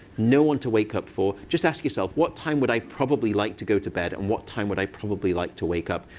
no one to wake up for, just ask yourself, what time would i probably like to go to bed, and what time would i probably like to wake up?